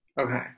Okay